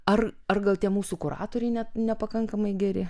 ar ar gal tie mūsų kuratoriai net nepakankamai geri